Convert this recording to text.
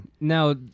Now